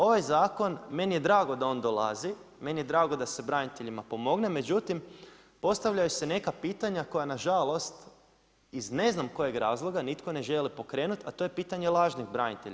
Ovaj zakon, meni je drago da on dolazi, meni je drago da se braniteljima pomogne, međutim postavljaju se neka pitanja koja nažalost iz ne znam kojeg razloga, nitko ne želi pokrenuti, a to je pitanje lažnih branitelja.